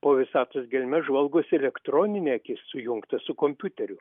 po visatos gelmes žvalgosi elektroninė akis sujungta su kompiuteriu